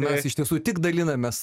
mes iš tiesų tik dalinamės